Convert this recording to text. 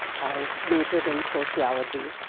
i majored in sociology.